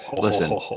Listen